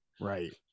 right